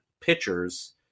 pitchers